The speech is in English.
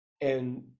And-